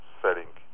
setting